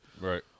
Right